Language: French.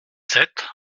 sept